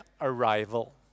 arrival